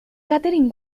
catherine